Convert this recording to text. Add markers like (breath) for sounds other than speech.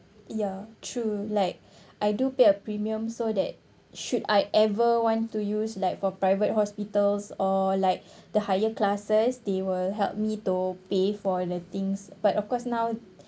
ya true like (breath) I do pay a premium so that should I ever want to use like for private hospitals or like the higher classes they will help me to pay for the things but of course now